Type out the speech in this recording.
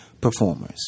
performers